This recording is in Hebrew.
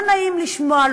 לא נעים לשמוע,